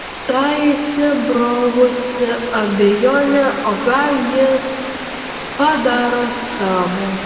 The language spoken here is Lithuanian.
ta įsibrovusi abejonė o gal jis padaro savo